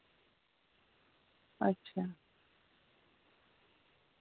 अच्छा